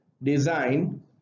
Design